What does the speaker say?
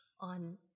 on